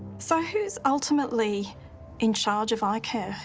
so who's ultimately in charge of ah icare?